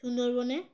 সুন্দরবনে